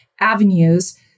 avenues